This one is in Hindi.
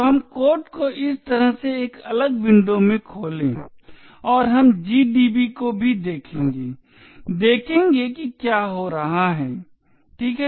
तो हम कोड को इस तरह से एक अलग विंडो में खोलें और हम GDB को भी देखेंगे और देखेंगे कि क्या हो रहा है ठीक है